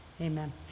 amen